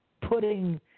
putting